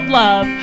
love